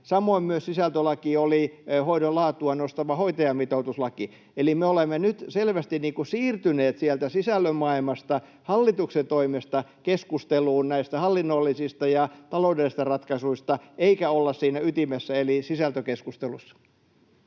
Samoin myös hoidon laatua nostava hoitajamitoituslaki oli sisältölaki. Eli me olemme nyt selvästi siirtyneet sieltä sisällön maailmasta hallituksen toimesta keskusteluun näistä hallinnollisista ja taloudellisista ratkaisuista, eikä olla siinä ytimessä eli sisältökeskustelussa.